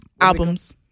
albums